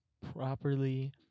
properly